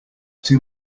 too